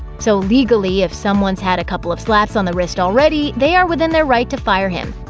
so legally, if someone's had a couple of slaps on the wrist already, they are within their right to fire him.